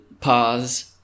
pause